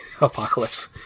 apocalypse